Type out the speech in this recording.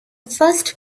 first